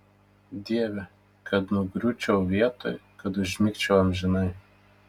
dieve kad nugriūčiau vietoj kad užmigčiau amžinai